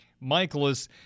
Michaelis